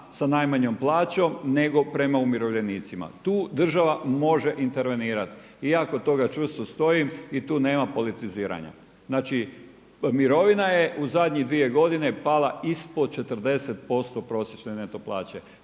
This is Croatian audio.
sa najmanjom plaćom, nego prema umirovljenicima. Tu država može intervenirati i ja kod toga čvrsto stojim i tu nema politiziranja. Znači, mirovina je u zadnjih dvije godine pala ispod 40% prosječne neto plaće,